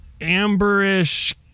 amberish